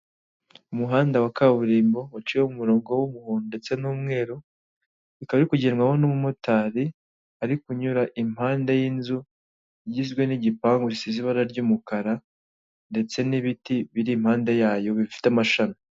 Umuhanda wa kaburimbo uciyemo umurongo w'umuhondo ndetse n'umweru, ikaba biri kugerwaho n'umumotari ari kunyura impande y'inzu igizwe n'igipangu bisize ibara ry'umukara, ndetse n'ibiti biri impande yayo bifite amashami.